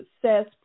Success